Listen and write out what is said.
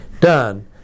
done